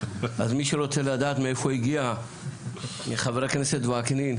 אז מי שרוצה לדעת מאיפה הגיע חבר הכנסת וקנין,